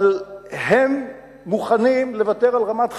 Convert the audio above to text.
אבל הם מוכנים לוותר על רמת חיים,